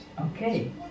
Okay